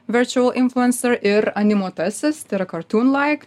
virtual influencer ir animuotasis tai yra cartoonlike